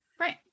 Right